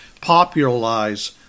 popularize